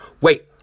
wait